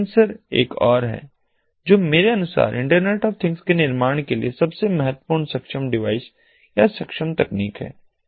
sensor एक और है जो मेरे अनुसार इंटरनेट ऑफ थिंग्स के निर्माण के लिए सबसे महत्वपूर्ण सक्षम डिवाइस या सक्षम तकनीक है